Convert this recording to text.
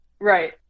Right